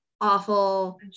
awful